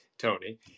Tony